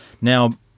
now